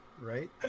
Right